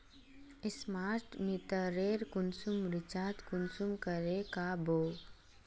Smart मीटरेर कुंसम recharge कुंसम करे का बो?